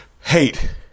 Hate